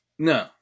No